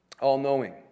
all-knowing